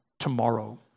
tomorrow